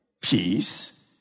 peace